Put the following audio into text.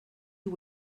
you